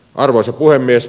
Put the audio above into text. arvoisa puhemies